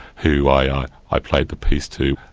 who i i played the piece to.